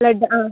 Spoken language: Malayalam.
ബ്ലഡ് ആ